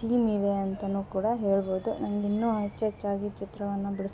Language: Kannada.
ತೀಮ್ ಇವೆ ಅಂತ ಕೂಡ ಹೇಳ್ಬೌದು ನಂಗಿನ್ನು ಹೆಚ್ಚೆಚ್ಚಾಗಿ ಚಿತ್ರವನ್ನು ಬಿಡಿಸ್ತ